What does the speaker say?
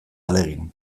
ahalegin